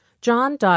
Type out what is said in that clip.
John